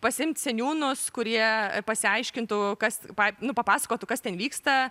pasiimt seniūnus kurie pasiaiškintų kas pa nu papasakotų kas ten vyksta